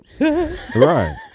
Right